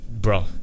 Bro